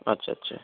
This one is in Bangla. আচ্ছা আচ্ছা